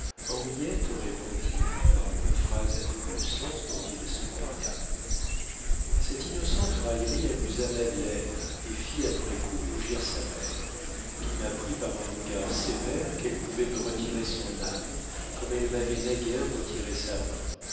répondit par une phrase à double sens dont il se paya cette innocente raillerie amusa madeleine et fit après coup rougir sa mère qui m'apprit par un regard sévère qu'elle pouvait me retirer son âme comme elle m'avait naguère retiré sa main